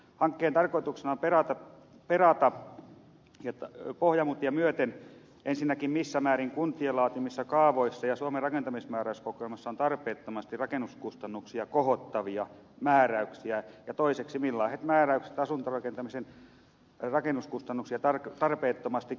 hankkeen tarkoituksena on ensinnäkin perata pohjamutia myöten missä määrin kuntien laatimissa kaavoissa ja suomen rakentamismääräyskokoelmassa on tarpeettomasti rakennuskustannuksia kohottavia määräyksiä ja toiseksi millaiset määräykset asuntorakentamisen rakennuskustannuksia tarpeettomasti kohottavat